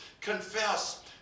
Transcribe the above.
confess